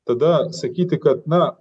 tada sakyti kad na